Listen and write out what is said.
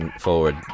forward